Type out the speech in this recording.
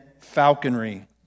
falconry